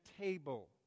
table